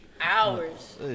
Hours